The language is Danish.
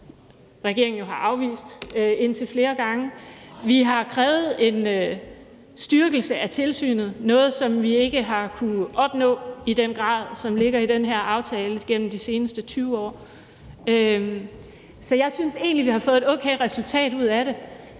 regeringen jo har afvist indtil flere gange, og vi har krævet en styrkelse af tilsynet; noget, som vi ikke har kunnet opnå i den samme grad, som det ligger i den her aftale, igennem de seneste 20 år. Så jeg synes egentlig, vi har fået et okay resultat ud af det.